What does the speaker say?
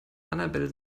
annabel